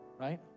right